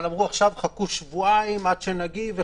אבל אמרו: חכו שבועיים עד שנגיב.